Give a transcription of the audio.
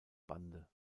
bande